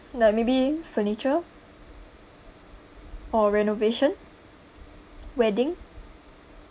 like maybe furniture or renovation wedding